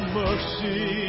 mercy